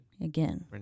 Again